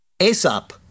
Aesop